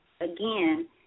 Again